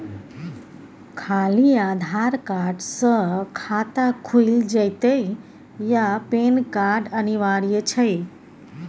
खाली आधार कार्ड स खाता खुईल जेतै या पेन कार्ड अनिवार्य छै?